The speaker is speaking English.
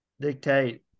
dictate